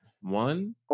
One